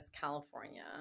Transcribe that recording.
California